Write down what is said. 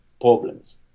problems